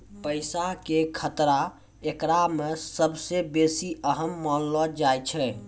पैसा के खतरा एकरा मे सभ से बेसी अहम मानलो जाय छै